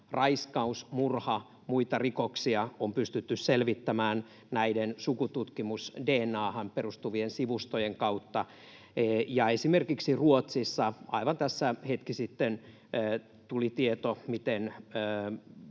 raiskaus-, murha- ja muita rikoksia on pystytty selvittämään näiden sukututkimus-dna:han perustuvien sivustojen kautta, ja esimerkiksi Ruotsista aivan tässä hetki sitten tuli tieto, miten